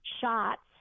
shots